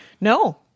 no